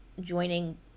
joining